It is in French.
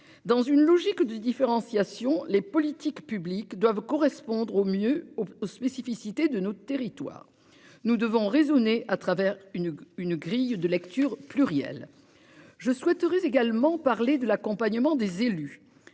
dans une logique de différenciation les politiques publiques doivent correspondre au mieux aux spécificités de notre territoire, nous devons raisonner à travers une une grille de lecture plurielle. Je souhaiterais également parler de l'accompagnement des élus